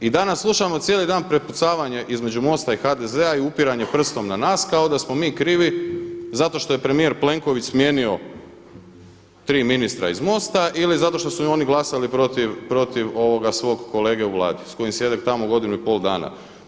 I danas slušamo cijeli dan prepucavanje između MOST-a i HDZ-a i upiranje prstom na nas kao da smo mi krivi zato što je premijer Plenković smijenio tri ministra iz MOST-a ili zato što su oni glasali protiv svog kolege u Vladi s kojim sjede tamo godinu i pol dana.